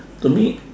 to me